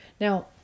Now